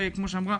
וכמו שאמרה